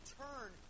turn